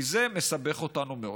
כי זה מסבך אותנו מאוד.